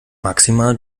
maximal